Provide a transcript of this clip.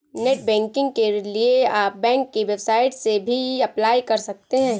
net banking के लिए आप बैंक की वेबसाइट से भी अप्लाई कर सकते है